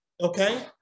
okay